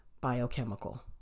biochemical